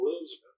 Elizabeth